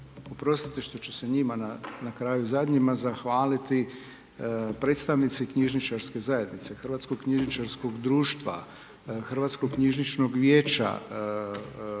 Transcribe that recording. oprostite što ću se njima na kraju zadnjima zahvaliti, predstavnici knjižničarske zajednice, Hrvatskog knjižničarskog društva, Hrvatskog knjižničnog vijeća,